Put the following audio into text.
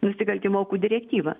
nusikaltimų aukų direktyvą